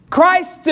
Christ